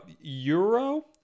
Euro